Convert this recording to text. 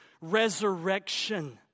resurrection